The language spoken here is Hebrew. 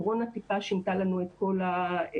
הקורונה טיפה שינתה לנו את כל התוכניות.